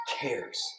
Cares